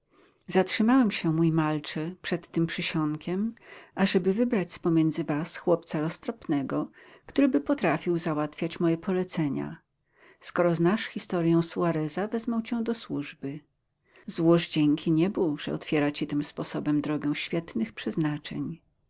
zatrzymałem się mój malcze przed tym przysionkiem ażeby wybrać spomiędzy was chłopca roztropnego który by potrafił załatwiać moje polecenia skoro znasz historię suareza wezmę cię do służby złóż dzięki niebu że otwiera ci tym sposobem drogę świetnych przeznaczeń